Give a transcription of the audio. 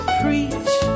preach